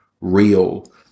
real